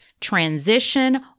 transition